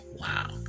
wow